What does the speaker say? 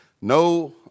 No